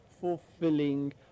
fulfilling